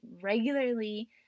regularly